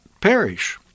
perish